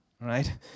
Right